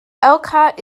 elkhart